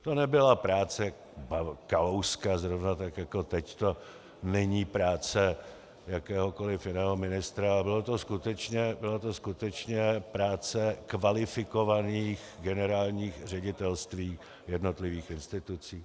To nebyla práce Kalouska, zrovna tak jako teď to není práce jakéhokoliv jiného ministra, ale byla to skutečně práce kvalifikovaných generálních ředitelství jednotlivých institucí.